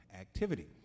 activity